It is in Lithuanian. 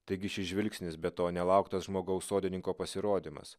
taigi šis žvilgsnis be to nelauktas žmogaus sodininko pasirodymas